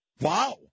Wow